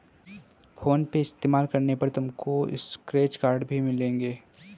phone पे इस्तेमाल करने पर तुमको स्क्रैच कार्ड्स भी मिलेंगे